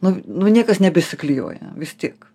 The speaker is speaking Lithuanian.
nu nu niekas nebesiklijuoja vis tiek